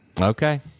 Okay